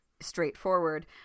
straightforward